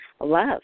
love